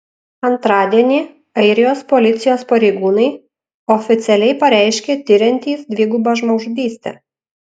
antradienį airijos policijos pareigūnai oficialiai pareiškė tiriantys dvigubą žmogžudystę